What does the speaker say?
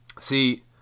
See